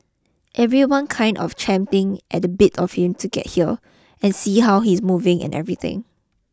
everyone kind of champing at the bit for him to get here and see how he's moving and everything